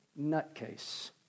nutcase